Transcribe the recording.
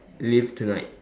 live tonight